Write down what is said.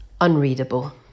unreadable